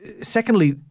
secondly